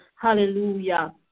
Hallelujah